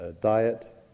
diet